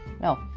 no